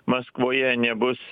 maskvoje nebus